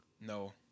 No